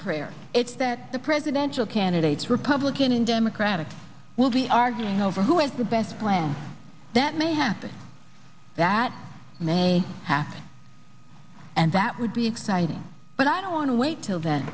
prayer it's that the presidential candidates republican and democratic will be arguing over who has the best plan that may happen that may happen and that would be exciting but i don't want to wait till then